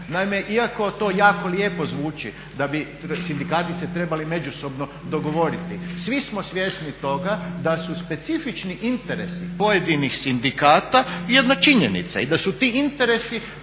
Naime, iako to jako lijepo zvuči da bi sindikati se trebali međusobno dogovoriti svi smo svjesni toga da su specifični interesi pojedinih sindikata jedna činjenica i da su ti interesi